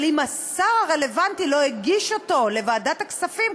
אבל אם השר הרלוונטי לא הגיש אותו לוועדת הכספים,